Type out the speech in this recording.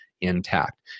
intact